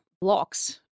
blocks